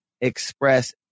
express